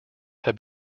have